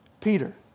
Peter